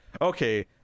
okay